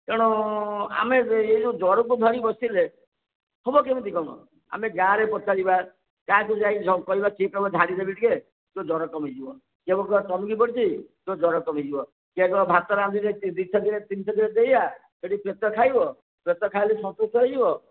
ତେଣୁ ଆମେ ଏଇ ଯେଉଁ ଜ୍ୱରକୁ ଧରି ବସିଲେ ହବ କେମିତି କ'ଣ ଆମେ ଗାଁରେ ପଚାରିବା ଗାଁକୁ ଯାଇ କହିବା କିଏ କ'ଣ ଝାଡ଼ି ଦେବେ ଟିକେ ତୋ ଜ୍ୱର କମିଯିବ କିଏ କହିବ ଚମକି ପଡ଼ିଛି ତୋ ଜ୍ୱର କମିଯିବ କିଏ କହିବ ଭାତ ରାନ୍ଧିକି ଦିଛକି ତିନିଛକିରେ ଦେଇଆ ସେଠି ପ୍ରେତ ଖାଇବ ପ୍ରେତ ଖାଇଲେ ସନ୍ତୁଷ୍ଟ ହେଇଯିବ